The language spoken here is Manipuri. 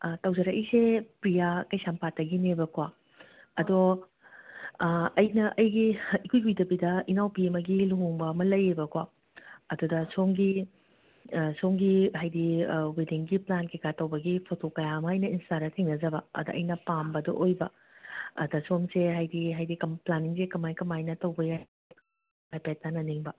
ꯑꯥ ꯇꯧꯖꯔꯛꯏꯁꯦ ꯄ꯭ꯔꯤꯌꯥ ꯀꯩꯁꯥꯝꯄꯥꯠꯇꯒꯤꯅꯦꯕꯀꯣ ꯑꯗꯣ ꯑꯥ ꯑꯩꯅ ꯑꯩꯒꯤ ꯏꯀꯨꯏ ꯀꯨꯏꯗꯕꯤꯗ ꯏꯅꯥꯎꯄꯤ ꯑꯃꯒꯤ ꯂꯨꯍꯣꯡꯕ ꯑꯃ ꯂꯩꯌꯦꯕꯀꯣ ꯑꯗꯨꯗ ꯁꯣꯝꯒꯤ ꯁꯣꯝꯒꯤ ꯍꯥꯏꯗꯤ ꯋꯦꯗꯤꯡꯒꯤ ꯄ꯭ꯂꯥꯟ ꯀꯩ ꯀꯥ ꯇꯧꯕꯒꯤ ꯐꯣꯇꯣ ꯀꯌꯥ ꯑꯃ ꯑꯩꯅ ꯏꯟꯁ꯭ꯇꯥꯗ ꯊꯦꯡꯅꯖꯕ ꯑꯗ ꯑꯩꯅ ꯄꯥꯝꯕꯗꯣ ꯑꯣꯏꯕ ꯑꯗ ꯁꯣꯝꯁꯦ ꯍꯥꯏꯗꯤ ꯍꯥꯏꯗꯤ ꯀꯝ ꯄ꯭ꯂꯥꯅꯤꯡꯁꯦ ꯀꯃꯥꯏ ꯀꯃꯥꯏꯅ ꯇꯧꯕ ꯌꯥꯏ ꯍꯥꯏꯐꯦꯠ ꯇꯥꯅꯅꯤꯡꯕ